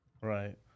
Right